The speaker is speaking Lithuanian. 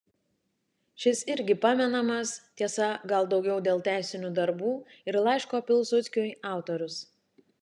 šis irgi pamenamas tiesa gal daugiau dėl teisinių darbų ir laiško pilsudskiui autorius